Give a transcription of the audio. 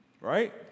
right